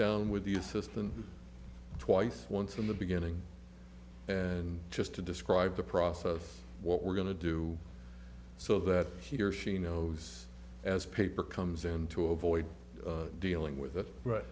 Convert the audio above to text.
down with the system twice once in the beginning and just to describe the process of what we're going to do so that he or she knows as paper comes in to avoid dealing with it